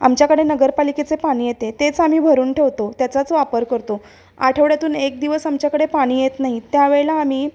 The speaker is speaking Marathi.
आमच्याकडे नगरपालिकेचे पाणी येते तेच आम्ही भरून ठेवतो त्याचाच वापर करतो आठवड्यातून एक दिवस आमच्याकडे पाणी येत नाही त्यावेळेला आम्ही